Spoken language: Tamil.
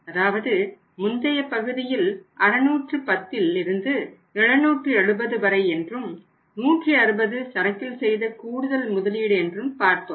அதாவது முந்தைய பகுதியில் 610இல் இருந்து 770 வரை என்றும் 160 சரக்கில் செய்த கூடுதல் முதலீடு என்றும் பார்த்தோம்